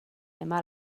demà